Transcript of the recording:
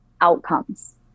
outcomes